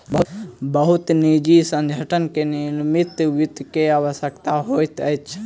बहुत निजी संगठन के निगमित वित्त के आवश्यकता होइत अछि